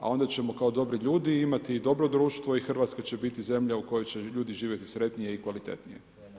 A onda ćemo kao dobri ljudi imati i dobro društvo i Hrvatska će biti zemlja u kojoj će ljudi živjeti sretnije i kvalitetnije.